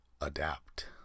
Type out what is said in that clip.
adapt